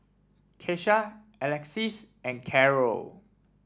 Kesha Alexys and Carrol